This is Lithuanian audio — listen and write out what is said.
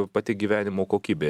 pati gyvenimo kokybė